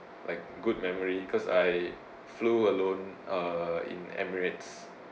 like good memory because I flew alone uh in emirates